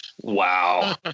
Wow